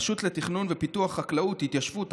הרשות לתכנון ופיתוח חקלאות, התיישבות הכפר,